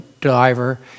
driver